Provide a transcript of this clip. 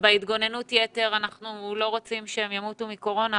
בהתגוננות יתר אנחנו לא רוצים שהם ימותו מקורונה,